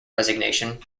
resignation